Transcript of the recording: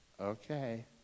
okay